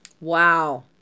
Wow